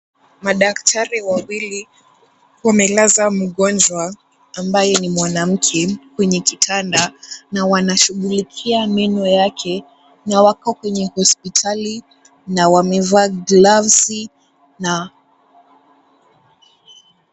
Madaktari wawili wamelaza mgonjwa ambaye ni mwanamke kwenye kitanda na wanashughulikia meno yake na wako kwenye hospitali na wameva gloves na...